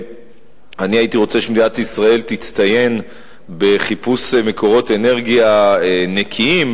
אני הייתי רוצה שמדינת ישראל תצטיין בחיפוש מקורות אנרגיה נקיים,